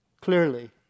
clearly